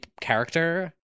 character